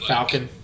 Falcon